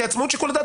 כעצמאות שיקול הדעת,